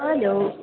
hello